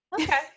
okay